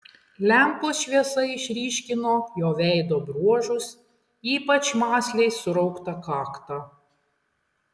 lempos šviesa išryškino jo veido bruožus ypač mąsliai surauktą kaktą